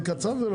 הסעיפים.